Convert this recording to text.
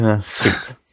Sweet